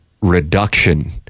reduction